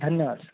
धन्यवाद सर